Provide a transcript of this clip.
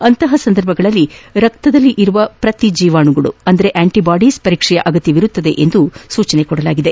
ಅಂತಹ ಸಂದರ್ಭಗಳಲ್ಲಿ ರಕ್ತದಲ್ಲಿರುವ ಪ್ರತಿ ಜೀವಾಣುಗಳ ಅಂದರೆ ಆಂಟಬಾಡೀಸ್ ಪರೀಕ್ಷೆಯ ಅಗತ್ಯವಿರುತ್ತದೆ ಎಂದು ಸೂಚಿಸಲಾಗಿದೆ